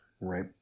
Right